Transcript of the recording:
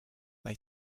they